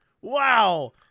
Wow